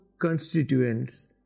constituents